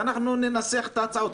ואנחנו ננסח את ההצעות.